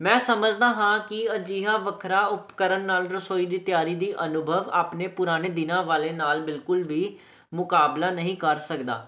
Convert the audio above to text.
ਮੈਂ ਸਮਝਦਾ ਹਾਂ ਕਿ ਅਜਿਹਾ ਵੱਖਰਾ ਉਪਕਰਨ ਨਾਲ ਰਸੋਈ ਦੀ ਤਿਆਰੀ ਦੀ ਅਨੁਭਵ ਆਪਣੇ ਪੁਰਾਣੇ ਦਿਨਾਂ ਵਾਲੇ ਨਾਲ ਬਿਲਕੁਲ ਵੀ ਮੁਕਾਬਲਾ ਨਹੀਂ ਕਰ ਸਕਦਾ